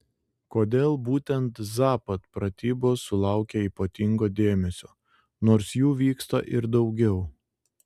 kodėl būtent zapad pratybos sulaukia ypatingo dėmesio nors jų vyksta ir daugiau